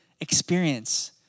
experience